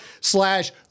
slash